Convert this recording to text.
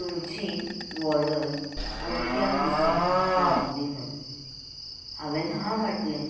तुमची वॉर्डर अमक्या दिसा पावतली म्हुणून हांवेन हां म्हटलें